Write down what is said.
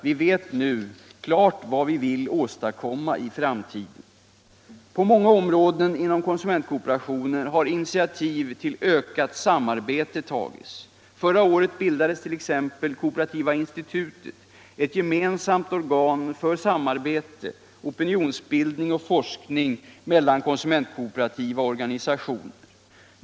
Vi vet nu klart vad vi vill åstadkomma i framtiden. På många områden inom konsumentkooperationen har initiativ till ökat samarbete tagits. Förra året bildades t.ex. Kooperativa institutet - ett gemensamt organ för samarbete, opinionsbildning och forskning mellan konsumentkooperativa organisationer.